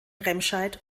remscheid